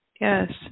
Yes